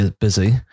busy